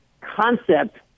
concept